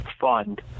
fund